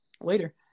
later